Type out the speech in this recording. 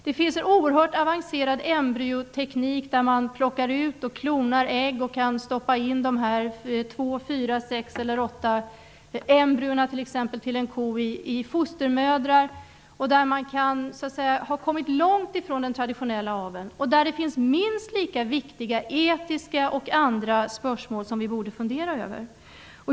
Det finns en oerhört avancerad embryoteknik där man plockar ut och klonar ägg och stoppar in 2, 4, 6 eller 8 embryon till t.ex. en ko i fostermödrar. Man har kommit långt ifrån den traditionella aveln. Där finns det minst lika viktiga etiska och andra spörsmål som vi borde fundera över.